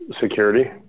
security